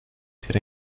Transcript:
ter